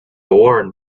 warren